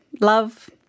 love